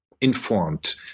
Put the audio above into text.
informed